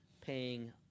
paying